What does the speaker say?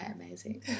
amazing